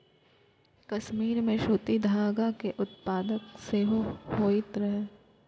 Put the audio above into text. कश्मीर मे सूती धागा के उत्पादन सेहो होइत रहै